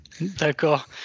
D'accord